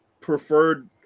preferred